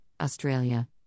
Australia